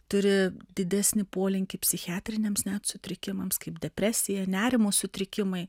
turi didesnį polinkį psichiatriniams sutrikimams kaip depresija nerimo sutrikimai